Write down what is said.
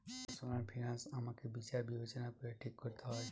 personal finance আমাকে বিচার বিবেচনা করে ঠিক করতে হয়